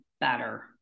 better